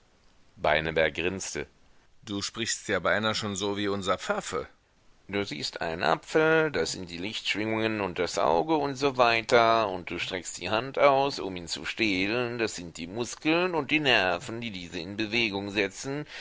beineberg grinste du sprichst ja beinahe schon so wie unser pfaffe du siehst einen apfel das sind die lichtschwingungen und das auge und so weiter und du streckst die hand aus um ihn zu stehlen das sind die muskeln und die nerven die diese in bewegung setzen